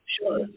sure